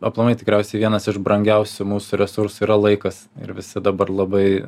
aplamai tikriausiai vienas iš brangiausių mūsų resursų yra laikas ir visi dabar labai